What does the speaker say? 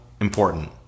important